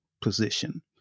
position